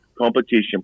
competition